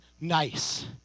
nice